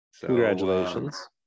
Congratulations